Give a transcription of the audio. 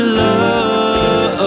love